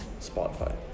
Spotify